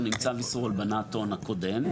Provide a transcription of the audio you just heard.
עם צו איסור הלבנת הון הקודם,